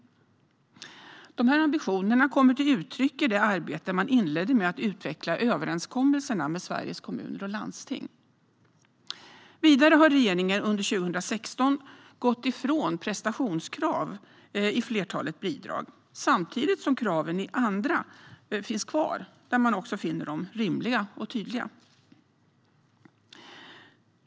De ambitionerna kommer till uttryck i det arbete man inledde med att utveckla överenskommelserna med Sveriges Kommuner och Landsting. Vidare har regeringen under 2016 gått ifrån prestationskrav i flertalet bidrag samtidigt som kraven i andra finns kvar där man finner dem rimliga och tydliga.